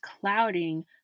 clouding